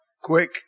quick